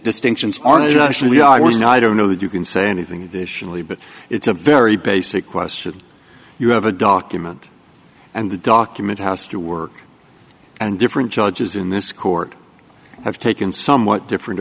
distinctions are there actually are going now i don't know that you can say anything additionally but it's a very basic question you have a document and the document house to work and different judges in this court have taken somewhat different